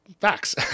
facts